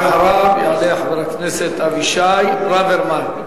אחריו יעלה חבר הכנסת אבישי ברוורמן.